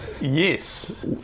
yes